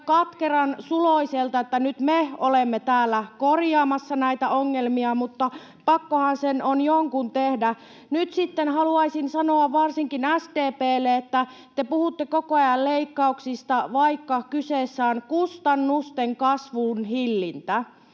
katkeransuloiselta, että nyt me olemme täällä korjaamassa näitä ongelmia, mutta pakkohan se on jonkun tehdä. Nyt sitten haluaisin sanoa varsinkin SDP:lle, että te puhutte koko ajan leikkauksista, vaikka kyseessä on kustannusten kasvun hillintä.